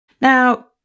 Now